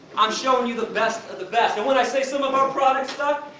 i'm showing you the best of the best. and when i say some of our products suck,